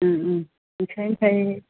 उम उम बेसांथाय